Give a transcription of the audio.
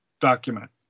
document